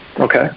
Okay